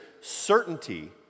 certainty